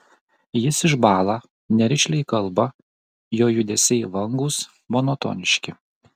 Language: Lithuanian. jis išbąla nerišliai kalba jo judesiai vangūs monotoniški